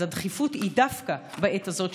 אז הדחיפות היא דווקא בעת הזאת,